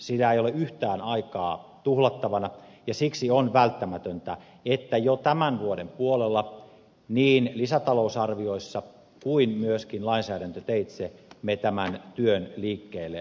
siinä ei ole yhtään aikaa tuhlattavana ja siksi on välttämätöntä että jo tämän vuoden puolella niin lisätalousarvioissa kuin myöskin lainsäädäntöteitse me tämän työn liikkeelle laitamme